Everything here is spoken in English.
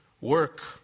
work